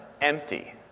empty